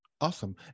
Awesome